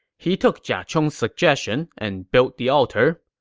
he took jia chong's suggestion and built the altar.